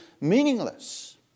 meaningless